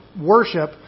worship